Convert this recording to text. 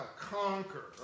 Conquer